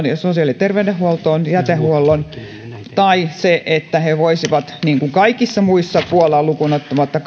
ja sosiaali ja terveydenhuoltoon tai että he voisivat niin kuin kaikissa muissa euroopan maissa puolaa lukuun ottamatta